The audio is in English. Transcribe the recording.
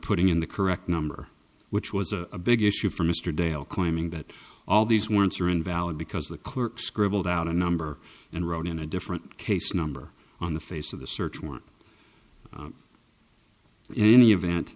putting in the correct number which was a big issue for mr dale claiming that all these warrants are invalid because the clerk scribbled out a number and wrote in a different case number on the face of the search warrant in any event